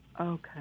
Okay